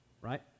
right